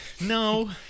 no